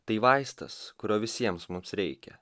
tai vaistas kurio visiems mums reikia